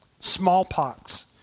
Smallpox